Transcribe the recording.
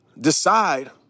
decide